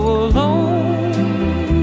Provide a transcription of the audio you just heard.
alone